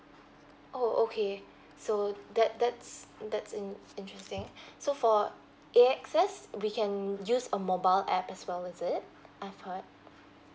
oh okay so that that's that's in~ interesting so for A_X_S we can use a mobile app as well is it